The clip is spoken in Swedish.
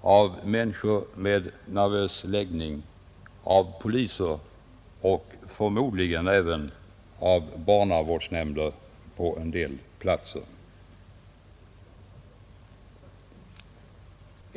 av människor med nervös läggning, av poliser och förmodligen även av barnavårdsnämnder på en del platser.